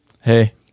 Hey